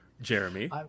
Jeremy